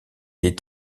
est